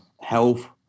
health